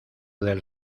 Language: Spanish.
del